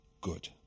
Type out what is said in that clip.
good